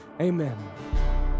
Amen